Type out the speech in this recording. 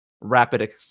Rapid